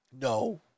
no